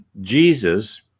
jesus